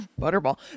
Butterball